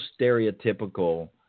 stereotypical